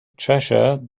treasure